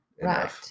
Right